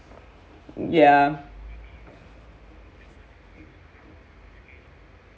ya